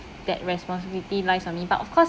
that responsibility lies on me but of course